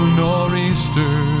nor'easter